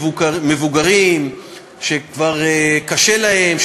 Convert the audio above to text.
לא מעניין אותם שמדובר בהרבה מהמקרים באנשים מבוגרים שכבר קשה להם,